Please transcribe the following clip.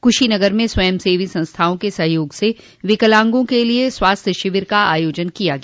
कुशीनगर में स्वयंसेवी संस्थाओं के सहयोग से विकलांगों के लिये स्वास्थ्य शिविर का आयोजन किया गया